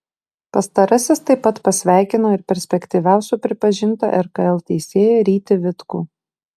pastarasis taip pat pasveikino ir perspektyviausiu pripažintą rkl teisėją rytį vitkų